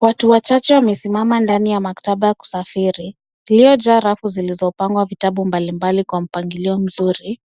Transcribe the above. Watu wachache wamesimama ndani ya maktaba kusafiri, iliyo jaa rafu zilizopangwa vitabu mbalimbali kwa mpangilio mzuri,